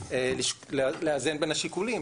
לאזן בין השיקולים,